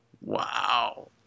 Wow